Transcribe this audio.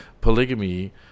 polygamy